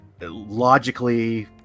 logically